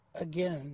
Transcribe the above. Again